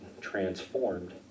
transformed